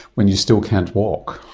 when you still can't walk.